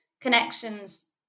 connections